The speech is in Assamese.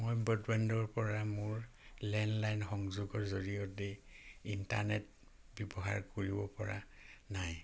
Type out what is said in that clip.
মই ব্ৰডবেণ্ডৰ পৰা মোৰ লেণ্ডলাইন সংযোগৰ জৰিয়তে ইণ্টাৰনেট ব্যৱহাৰ কৰিব পৰা নাই